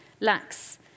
lacks